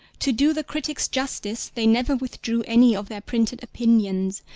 to do the critics justice they never withdrew any of their printed opinions,